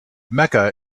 mecca